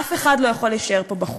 אף אחד לא יכול להישאר פה בחוץ.